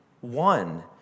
one